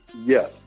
Yes